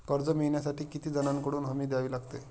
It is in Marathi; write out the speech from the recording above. कर्ज मिळवण्यासाठी किती जणांकडून हमी द्यावी लागते?